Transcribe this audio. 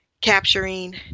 capturing